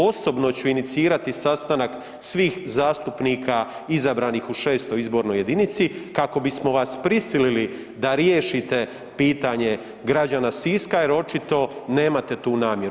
Osobno ću inicirati sastanak svih zastupnika izabranih u VI. izbornoj jedinici kako bismo vas prisilili da riješite pitanje građana Siska jer očito nemate tu namjeru.